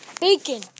bacon